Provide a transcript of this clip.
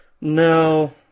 No